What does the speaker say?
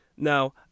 Now